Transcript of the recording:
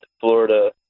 Florida